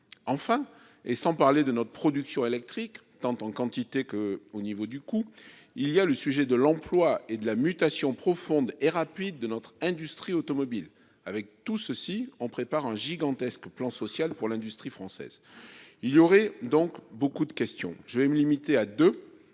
Enfin, et sans parler de notre production électrique, tant en quantité que au niveau du cou. Il y a le sujet de l'emploi et de la mutation profonde et rapide de notre industrie automobile avec tout ceci on prépare un gigantesque plan social pour l'industrie française. Il y aurait donc beaucoup de questions, je vais me limiter à deux.